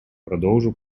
продолжу